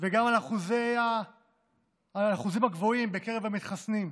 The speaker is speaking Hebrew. וגם על האחוזים הגבוהים בקרב המתחסנים,